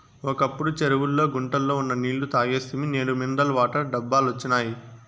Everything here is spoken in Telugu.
ఒకప్పుడు చెరువుల్లో గుంటల్లో ఉన్న నీళ్ళు తాగేస్తిమి నేడు మినరల్ వాటర్ డబ్బాలొచ్చినియ్